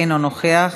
אינו נוכח,